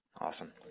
Awesome